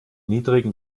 niedrigen